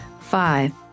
Five